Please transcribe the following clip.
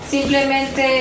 Simplemente